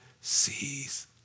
sees